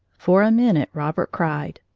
for a minute robert cried,